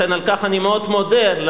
לכן על כך אני מאוד מודה על